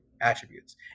attributes